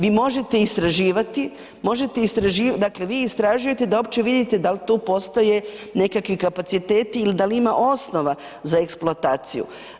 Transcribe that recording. Vi možete istraživati, možete istraživati, dakle vi istražujete da uopće vidite da li tu postoje nekakvi kapaciteti ili da li ima osnova za eksploataciju.